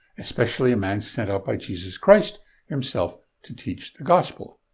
especially a man sent out by jesus christ himself to preach the gospel.